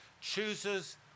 chooses